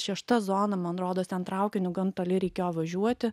šešta zona man rodos ten traukiniu gan toli reikėjo važiuoti